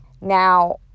Now